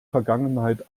vergangenheit